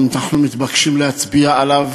ואנחנו מתבקשים להצביע עליו,